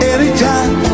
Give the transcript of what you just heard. Anytime